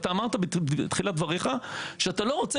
אתה אמרת בתחילת דבריך שאתה לא רוצה